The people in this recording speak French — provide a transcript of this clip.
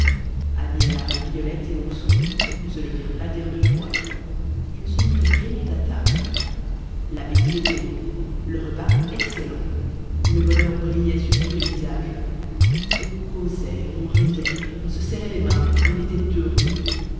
agnella violette et ourson ne se le firent pas dire deux fois ils se mirent gaiement à table l'appétit était bon le repas excellent le bonheur brillait sur tous les visages on causait on riait on se serrait les mains on était heureux